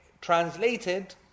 translated